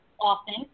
often